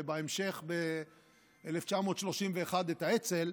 ובהמשך ב-1931 את האצ"ל,